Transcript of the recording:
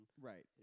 right